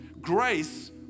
grace